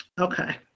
Okay